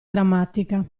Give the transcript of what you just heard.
grammatica